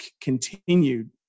continued